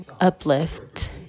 uplift